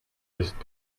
ist